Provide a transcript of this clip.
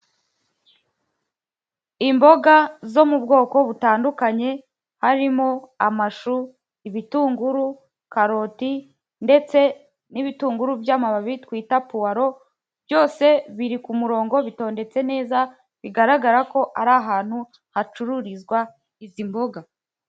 Imboga zo mu bwoko butandukanye harimo; amashu, ibitunguru, karoti, ndetse n'ibitunguru by'amababi twita puwaro, byose biri ku murongo bitondetse neza bigaragara ko ari ahantu hacururizwa izi mboga.